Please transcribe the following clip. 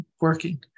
working